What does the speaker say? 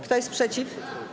Kto jest przeciw?